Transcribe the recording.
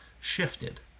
shifted